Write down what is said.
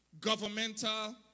governmental